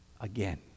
again